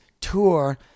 tour